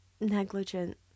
negligent